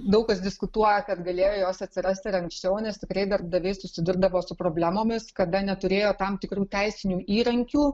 daug kas diskutuoja kad galėjo jos atsirasti ir anksčiau nes tikrai darbdaviai susidurdavo su problemomis kada neturėjo tam tikrų teisinių įrankių